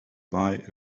buy